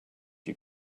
you